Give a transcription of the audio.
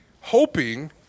hoping